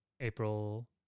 April